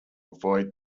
avoid